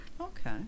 Okay